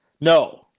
No